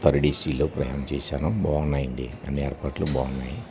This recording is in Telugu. థర్డ్ ఏసీలో ప్రయాణం చేశాను బాగున్నాయండి అన్ని ఏర్పాట్లు బాగున్నాయి